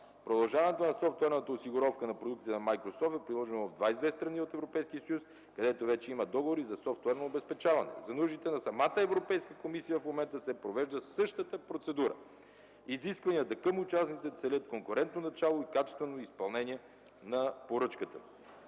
Продължаването на софтуерната осигуровка на продуктите на „Майкрософт” е приложено в 22 страни от Европейския съюз, където вече има договори за софтуерно обезпечаване. За нуждите на самата Европейска комисия в момента се провежда същата процедура. Изискванията към участниците целят конкурентно начало и качествено изпълнение на поръчката.